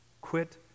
Quit